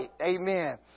Amen